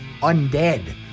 Undead